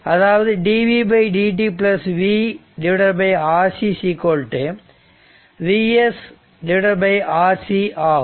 அதாவது dvdt V Rc Vs Rc ஆகும்